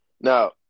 Now